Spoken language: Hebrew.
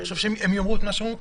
--- הם יאמרו את מה שהם אמרו קודם,